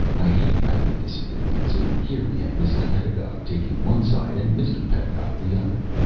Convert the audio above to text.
i hate family disagreements, and here we have mrs. pedagog taking one side and mr. pedagog the other.